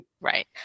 Right